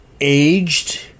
Aged